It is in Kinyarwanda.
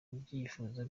byifuzo